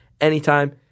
anytime